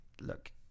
look